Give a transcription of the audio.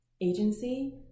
agency